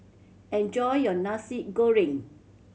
enjoy your Nasi Goreng